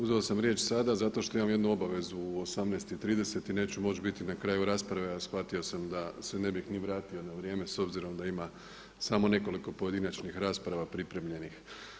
Uzeo sam riječ sada zato što imam jednu obavezu u 18,30 i neću moći biti na kraju rasprave, a shvatio sam da se ne bih ni vratio na vrijeme s obzirom da ima samo nekoliko pojedinačnih rasprava pripremljenih.